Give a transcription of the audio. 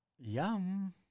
Yum